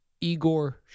Igor